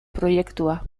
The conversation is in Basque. proiektua